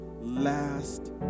last